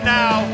now